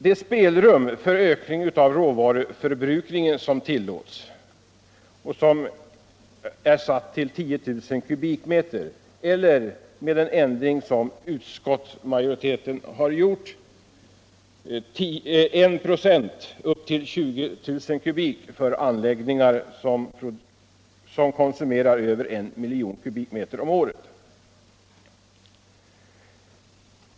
Det ”spelrum” för ökning av råvaruförbrukningen som tillåts är satt till 10 000 m”, eller med den ändring som utskottsmajoriteten gjort till 196 upp till 20000 m” för anläggningar som konsumerar över 1.000 000 m” om året.